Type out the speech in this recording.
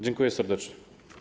Dziękuję serdecznie.